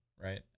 right